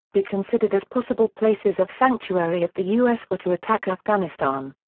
be considered as possible places of sanctuary if the u s. were to attack afghanistan.